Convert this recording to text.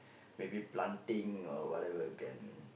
maybe planting or whatever can